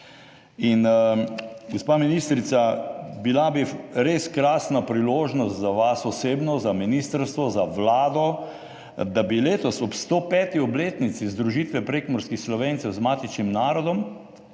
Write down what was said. Gospa ministrica, res bi bila krasna priložnost za vas osebno, za ministrstvo, za Vlado, da bi letos ob 105. obletnici združitve prekmurskih Slovencev z matičnim narodom,